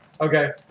Okay